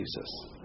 Jesus